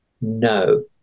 No